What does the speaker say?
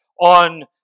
on